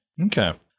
Okay